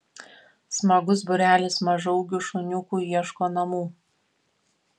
smagus būrelis mažaūgių šuniukų ieško namų